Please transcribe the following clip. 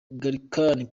gallican